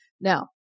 Now